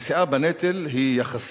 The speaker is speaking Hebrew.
נשיאה בנטל היא יחסית.